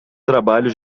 trabalho